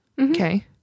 Okay